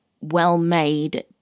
well-made